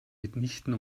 mitnichten